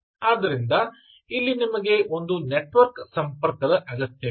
ಆದ್ದರಿಂದ ಇಲ್ಲಿ ನಿಮಗೆ ಒಂದು ನೆಟ್ವರ್ಕ್ ಸಂಪರ್ಕದ ಅಗತ್ಯವಿದೆ